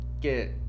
get